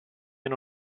una